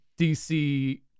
dc